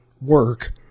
work